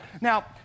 Now